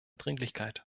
dringlichkeit